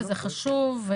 וזה חשוב,